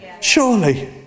Surely